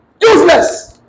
Useless